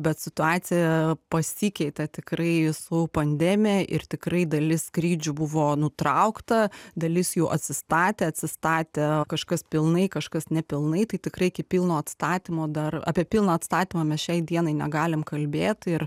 bet situacija pasikeitė tikrai su pandemija ir tikrai dalis skrydžių buvo nutraukta dalis jų atsistatė atsistatė kažkas pilnai kažkas nepilnai tai tikrai iki pilno atstatymo dar apie pilną atstatymą mes šiai dienai negalim kalbėt ir